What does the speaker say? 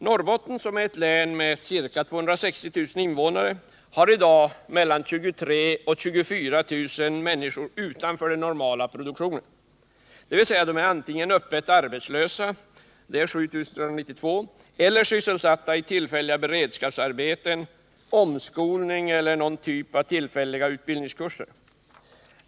Norrbotten, ett län med ca 260 000 innevånare, har i dag 23 000-24 000 människor utanför den normala produktionen, dvs. de är antingen öppet arbetslösa — 7 392 — eller sysselsatta i tillfälliga beredskapsarbeten, omskolning eller någon typ av tillfälliga utbildningskurser.